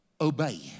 obey